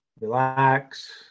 Relax